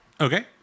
Okay